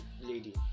lady